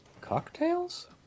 cocktails